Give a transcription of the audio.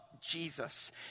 Jesus